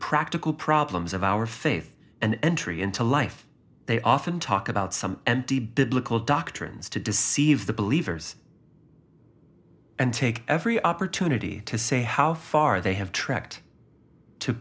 practical problems of our faith and entry into life they often talk about some anti biblical doctrines to deceive the believers and take every opportunity to say how far they have tracked to